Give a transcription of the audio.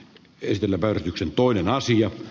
yhdelle värityksen toinen asia